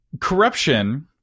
corruption